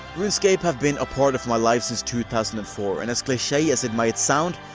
runescape have been a part of my life since two thousand and four, and as cliche as it might sound,